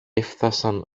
έφθασαν